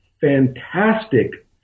fantastic